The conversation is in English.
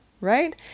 right